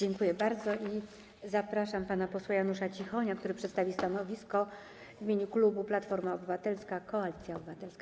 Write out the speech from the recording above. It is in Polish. I zapraszam pana posła Janusza Cichonia, który przedstawi stanowisko w imieniu klubu Platforma Obywatelska - Koalicja Obywatelska.